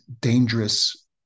dangerous